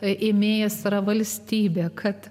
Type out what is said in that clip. ėmėjas yra valstybė kad